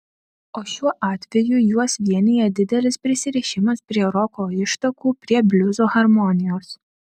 o šiuo atveju juos vienija didelis prisirišimas prie roko ištakų prie bliuzo harmonijos